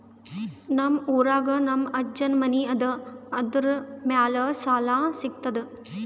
ನಮ್ ಊರಾಗ ನಮ್ ಅಜ್ಜನ್ ಮನಿ ಅದ, ಅದರ ಮ್ಯಾಲ ಸಾಲಾ ಸಿಗ್ತದ?